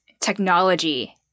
technology